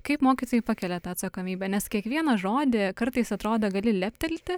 kaip mokytojai pakelia tą atsakomybę nes kiekvieną žodį kartais atrodo gali leptelti